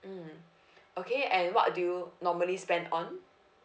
mmhmm okay and what do you normally spend on